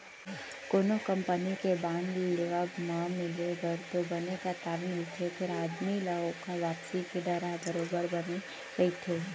कोनो कंपनी के बांड लेवब म मिले बर तो बने कंतर मिलथे फेर आदमी ल ओकर वापसी के डर ह बरोबर बने रथे